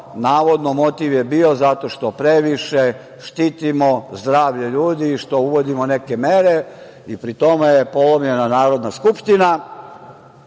navodno motiv je bio zato što previše štitimo zdravlje ljudi i što uvodimo neke mere i pri tome je polomljena Narodna skupština. Ja